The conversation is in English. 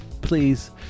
Please